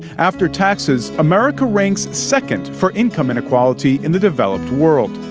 after taxes, american ranks second for income inequality in the developed world.